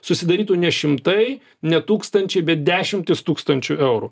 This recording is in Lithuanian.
susidarytų ne šimtai ne tūkstančiai bet dešimtys tūkstančių eurų